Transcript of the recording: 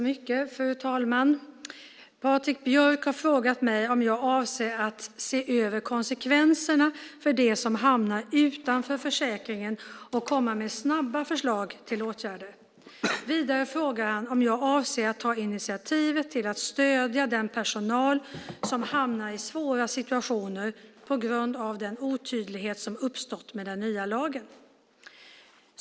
Fru talman! Patrik Björck har frågat mig jag om jag avser att se över konsekvenserna för dem som hamnar utanför försäkringen och komma med snabba förslag till åtgärder. Vidare frågar han om jag avser att ta initiativ till att stödja den personal som hamnar i svåra situationer på grund av den otydlighet som uppstått med den nya lagen.